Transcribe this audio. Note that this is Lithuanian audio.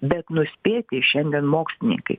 bet nuspėti šiandien mokslininkai